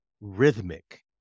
rhythmic